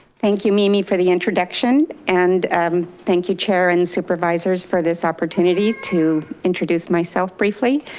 thank you, mimi, for the introduction and um thank you, chair and supervisors, for this opportunity to introduce myself briefly.